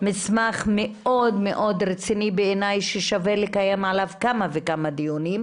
מסמך מאוד רציני בעיניי ששווה לקיים עליו כמה וכמה דיונים,